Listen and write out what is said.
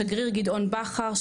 השגריר גדעון בכר,